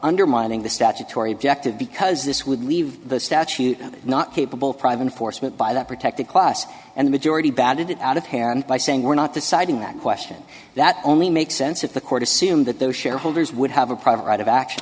undermining the statutory objective because this would leave the statute not capable private enforcement by that protected class and the majority batted it out of hand by saying we're not deciding that question that only makes sense if the court assume that those shareholders would have a private right of action